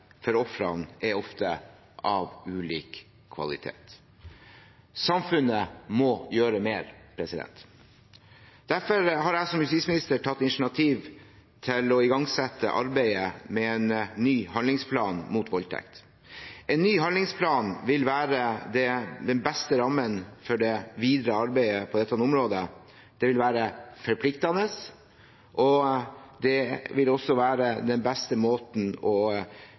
for ofrene er ofte av ulik kvalitet. Samfunnet må gjøre mer. Derfor har jeg som justis- og beredskapsminister tatt initiativet til å igangsette arbeidet med en ny handlingsplan mot voldtekt. En ny handlingsplan vil være den beste rammen for det videre arbeidet på dette området. Det vil være forpliktende og også den beste måten å